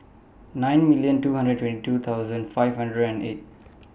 nine million two hundred and twenty two thousand five hundred and eight